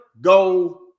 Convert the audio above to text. go